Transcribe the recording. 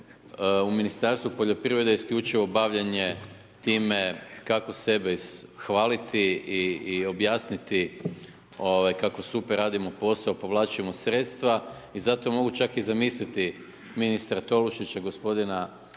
u Ministarstvu poljoprivrede isključivo bavljenje time kako sebe ishvaliti i objasniti kako super radimo posao, povlačimo sredstva i zato mogu čak i zamisliti ministra Tolušića, gospodina